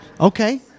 Okay